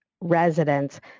residents